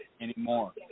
anymore